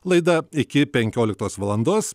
laida iki penkioliktos valandos